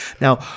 Now